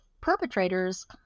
perpetrators